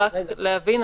רק להבין,